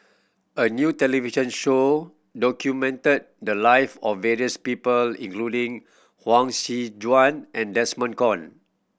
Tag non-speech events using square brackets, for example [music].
a new television show documented the life of various people including Huang [unintelligible] Joan and Desmond Kon